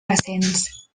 recents